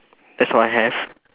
that's all I have